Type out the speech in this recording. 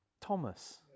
Thomas